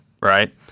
right